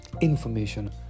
information